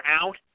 out